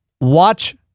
watch